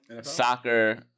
soccer